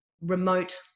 remote